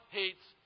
hates